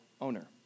owner